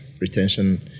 retention